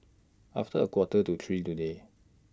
after A Quarter to three today